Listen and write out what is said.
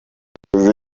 ntabwo